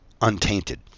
untainted